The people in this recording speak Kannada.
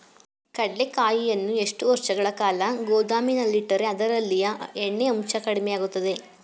ಕಡ್ಲೆಕಾಯಿಯನ್ನು ಎಷ್ಟು ವರ್ಷಗಳ ಕಾಲ ಗೋದಾಮಿನಲ್ಲಿಟ್ಟರೆ ಅದರಲ್ಲಿಯ ಎಣ್ಣೆ ಅಂಶ ಕಡಿಮೆ ಆಗುತ್ತದೆ?